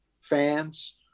fans